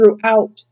throughout